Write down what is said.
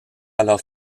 alors